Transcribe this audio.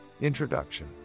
introduction